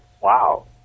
wow